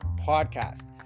podcast